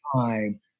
time